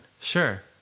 Sure